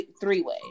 three-way